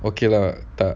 okay lah tak